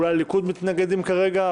אולי הליכוד מתנגדים כרגע.